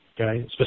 okay